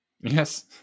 Yes